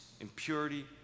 impurity